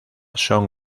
son